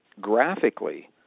graphically